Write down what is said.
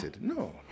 No